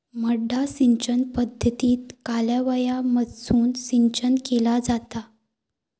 मड्डा सिंचन पद्धतीत कालव्यामधसून सिंचन केला जाता